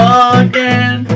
again